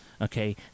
Okay